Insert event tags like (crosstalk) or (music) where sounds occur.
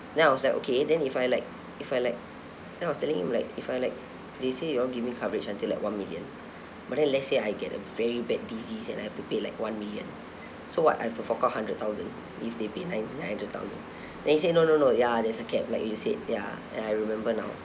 then I was like okay then if I like if I like then I was telling him like if I like they say you all giving coverage until like one million but then let's say I get a very bad disease and I have to pay like one million so what I have to fork out hundred thousand if they paid nine nine hundred thousand (breath) then he said no no no ya there's a cap like you said ya and I remember now